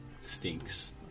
stinks